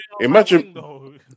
Imagine